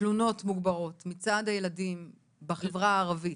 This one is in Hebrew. תלונות מוגברות מצד הילדים בחברה הערבית,